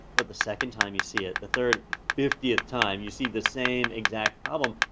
but the second time you see it, the third, the fiftieth time you see the same exact problem,